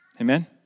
Amen